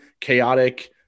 chaotic